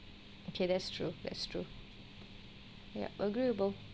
okay that's true that's true ya agreeable